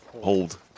hold